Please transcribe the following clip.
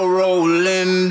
rolling